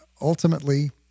ultimately